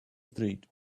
street